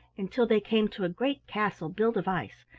until they came to a great castle built of ice,